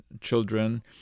children